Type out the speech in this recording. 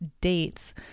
dates